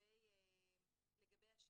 לגבי השילוב.